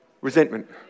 resentment